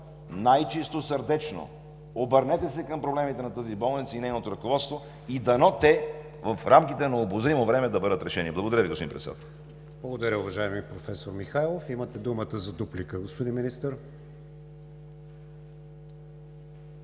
най-чистосърдечно: обърнете се към проблемите на тази болница и нейното ръководство и дано те в рамките на обозримо време да бъдат решени. Благодаря Ви, господин Председател. ПРЕДСЕДАТЕЛ КРИСТИАН ВИГЕНИН: Благодаря, уважаеми професор Михайлов. Имате думата за дуплика, господин Министър.